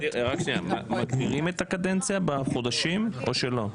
מגדירים את הקדנציה בחודשים או שלא?